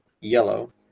Yellow